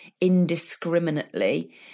indiscriminately